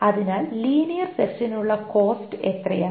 അതിനാൽ ലീനിയർ സെർച്ചിനുള്ള കോസ്റ്റ് എത്രയാണ്